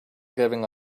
giving